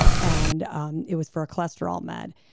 and um it was for a cholesterol med.